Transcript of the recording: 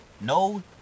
No